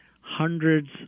hundreds